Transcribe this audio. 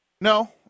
No